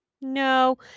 no